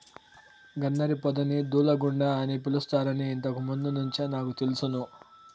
గన్నేరు పొదని దూలగుండ అని పిలుస్తారని ఇంతకు ముందు నుంచే నాకు తెలుసును